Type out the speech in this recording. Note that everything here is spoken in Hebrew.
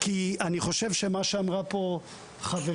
כי אני חושב כפי שאמרה פה חברתי